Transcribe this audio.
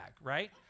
right